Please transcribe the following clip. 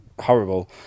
horrible